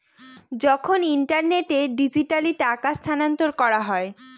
যখন ইন্টারনেটে ডিজিটালি টাকা স্থানান্তর করা হয়